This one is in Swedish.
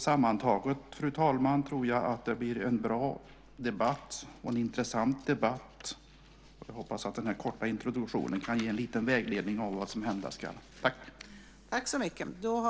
Sammantaget, fru talman, tror jag att det blir en bra och intressant debatt. Jag hoppas att den här korta introduktionen kan ge en liten vägledning av vad som hända skall.